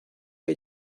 que